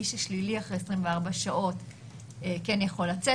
מי ששלילי אחרי 24 שעות כן יכול לצאת